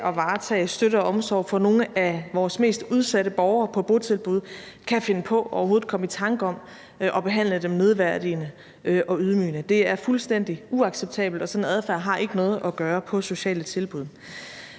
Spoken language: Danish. at varetage støtte og omsorg for nogle af vores mest udsatte borgere på botilbud, kan finde på overhovedet at komme i tanke om at behandle dem nedværdigende og ydmygende. Det er fuldstændig uacceptabelt, og sådan en adfærd har ikke noget at gøre på sociale tilbud.